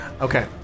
Okay